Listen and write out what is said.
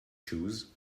shoes